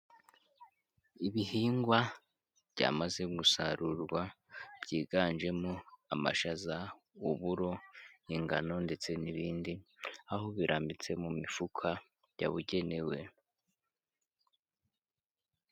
Ibihingwa byamaze gusarurwa byiganjemo amashaza, uburo n'ingano ndetse n'ibindi, aho birambitse mu mifuka yabugenewe.